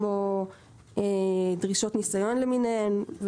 כמו דרישות ניסיון למיניהן.